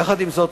יחד עם זאת,